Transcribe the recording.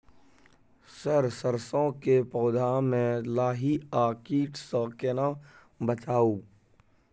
Sir सरसो के पौधा में लाही आ कीट स केना बचाऊ?